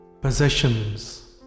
possessions